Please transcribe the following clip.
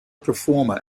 performer